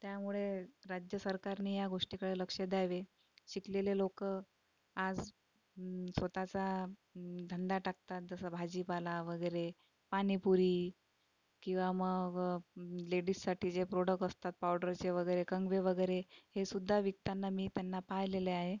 त्यामुळे राज्य सरकारने या गोष्टीकडे लक्ष द्यावे शिकलेले लोक आज स्वतःचा धंदा टाकतात जसं भाजीपाला वगैरे पाणीपुरी किंवा मग लेडीजसाठी जे प्रोडक असतात पावडरचे वगैरे कंगवे वगैरे हे सुद्धा विकताना मी त्यांना पाहिलेले आहे